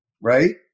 Right